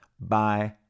Bye